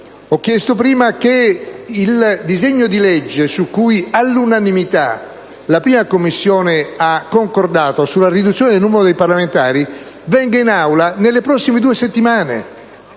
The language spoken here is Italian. Vizzini) che il disegno di legge, sul quale all'unanimità la 1a Commissione ha concordato, sulla riduzione del numero dei parlamentari venga in Aula nelle prossime due settimane.